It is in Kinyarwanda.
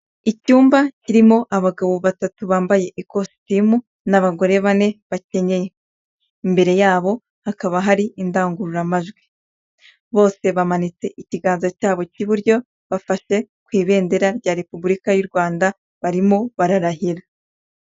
Icyumba kirimo abagabo batatu bambaye ikositimu n'abagore bane bakenye imbere yabo hakaba hari indangururamajwi bose bamanitse ikiganza cyabo cy'iburyo bafashe ku ibendera rya repubulika y'u Rwanda barimo bararahira.